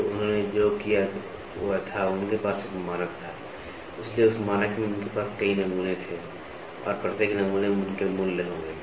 तो उन्होंने जो किया वह था उनके पास एक मानक था इसलिए उस मानक में उनके पास कई नमूने थे और प्रत्येक नमूने में उनके मूल्य होंगे